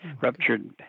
ruptured